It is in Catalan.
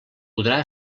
podrà